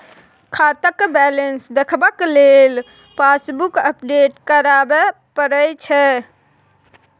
खाताक बैलेंस देखबाक लेल पासबुक अपडेट कराबे परय छै